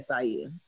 SIU